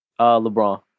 LeBron